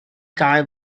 gau